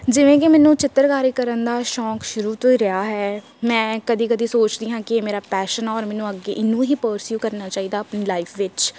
ਜਿਵੇਂ ਕਿ ਮੈਨੂੰ ਚਿੱਤਰਕਾਰੀ ਕਰਨ ਦਾ ਸ਼ੌਕ ਸ਼ੁਰੂ ਤੋਂ ਰਿਹਾ ਹੈ ਮੈਂ ਕਦੀ ਕਦੀ ਸੋਚਦੀ ਹਾਂ ਕਿ ਮੇਰਾ ਪੈਸ਼ਨ ਔਰ ਮੈਨੂੰ ਅੱਗੇ ਇਹਨੂੰ ਹੀ ਪਰਸੀਊ ਕਰਨਾ ਚਾਹੀਦਾ ਆਪਣੀ ਲਾਈਫ ਵਿੱਚ